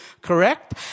correct